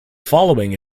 following